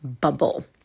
bubble